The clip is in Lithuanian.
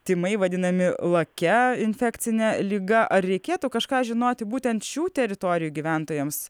tymai vadinami lakia infekcine liga ar reikėtų kažką žinoti būtent šių teritorijų gyventojams